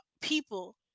people